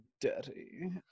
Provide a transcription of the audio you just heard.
dirty